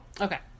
Okay